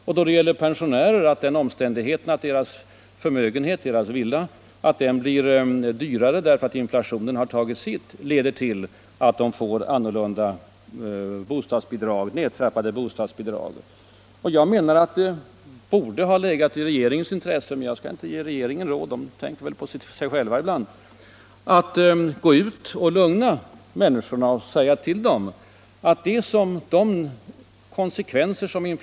Pensionärerna finner att den omständigheten att deras villa blir dyrare därför att inflationen har tagit sitt leder till att de får nedtrappade bostadsbidrag. Jag menar att det borde ha legat i regeringens intresse — men jag skall inte ge regeringen råd; den tänker väl på sig själv ibland — att gå ut och lugna människorna och säga till dem, att de konsekvenser som in-.